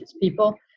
people